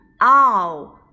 Ow